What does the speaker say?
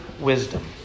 wisdom